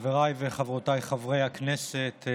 חבריי וחברותיי חברי הכנסת,